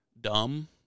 dumb